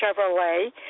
Chevrolet